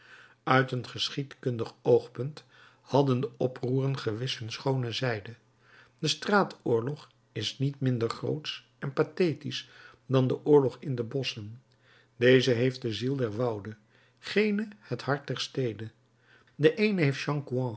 uit een geschiedkundig oogpunt hadden de oproeren gewis hun schoone zijde de straatoorlog is niet minder grootsch en pathetisch dan de oorlog in de bosschen deze heeft de ziel der wouden gene het hart der steden de eene heeft